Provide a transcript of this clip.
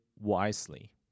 wisely